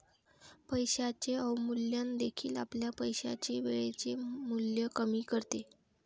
पैशाचे अवमूल्यन देखील आपल्या पैशाचे वेळेचे मूल्य कमी करते